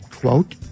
quote